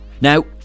Now